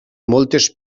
moltes